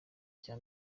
cya